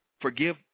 forgive